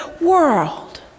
world